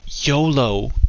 YOLO